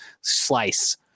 slice